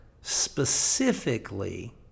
specifically